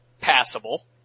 Passable